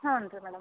ಹಾನ್ರೀ madam